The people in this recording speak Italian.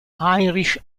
heinrich